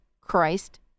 Christ